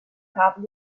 haben